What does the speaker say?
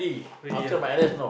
really ah